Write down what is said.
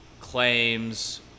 claims